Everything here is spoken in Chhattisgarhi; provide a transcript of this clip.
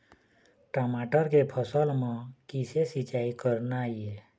टमाटर के फसल म किसे सिचाई करना ये?